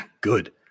Good